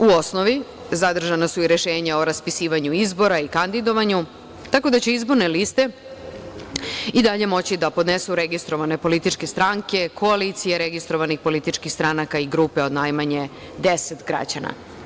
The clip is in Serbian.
U osnovi, zadržana su i rešenja o raspisivanju izbora i kandidovanju, tako da će izborne liste i dalje moći da podnesu registrovane političke stranke, koalicije registrovanih političkih stranaka i grupe od najmanje 10 građana.